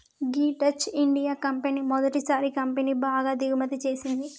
గీ Dutch India company మొదటిసారి కాఫీని బాగా దిగుమతి చేసింది